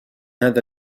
هذا